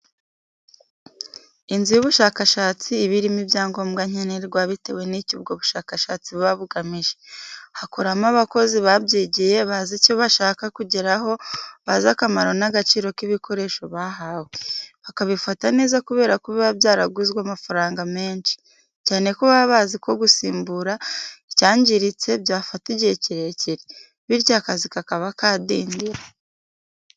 Inzu y'ubushakashatsi iba irimo ibyangombwa nkenerwa bitewe n'icyo ubwo bushakashatsi buba bugamije. Hakoramo abakozi babyigiye bazi icyo bashaka kugeraho, bazi akamaro n'agaciro k'ibikoresho bahawe, bakabifata neza kubera ko biba byaraguzwe amafaranga menshi, cyane ko baba bazi ko gusimbura icyangiritse byafata igihe kirekire. Bityo akazi kakaba kadindira.